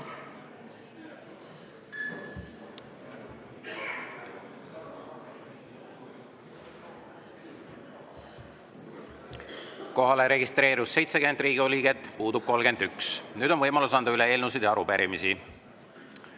Kohalolijaks registreerus 70 Riigikogu liiget, puudub 31.Nüüd on võimalus anda üle eelnõusid ja arupärimisi.